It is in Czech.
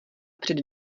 před